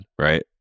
right